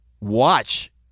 watch